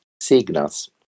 signals